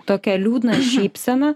tokią liūdną šypseną